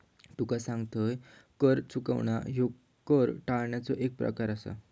तुका सांगतंय, कर चुकवणा ह्यो कर टाळण्याचो एक प्रकार आसा